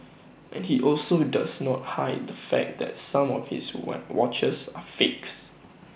and he also does not hide the fact that some of his what watches are fakes